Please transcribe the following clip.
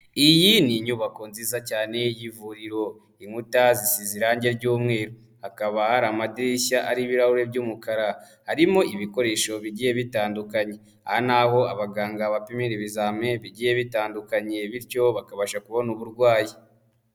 Iyi ni inyubako nziza cyane y'ivuriro, inkuta zigize irangi ry'umweru, hakaba hari amadirishya ariho ibirahuri by'umukara, harimo ibikoresho bigiye bitandukanye, aha naho abaganga bapimira ibizamini bigiye bitandukanye bityo bakabasha kubona uburwayi.